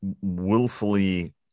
willfully